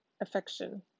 Affection